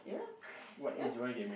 ya yes